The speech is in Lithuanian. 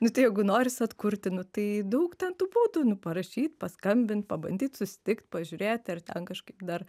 nu tai jeigu noris atkurti nu tai daug ten tų būdų nu parašyt paskambin pabandyt susitikt pažiūrėti ar ten kažkaip dar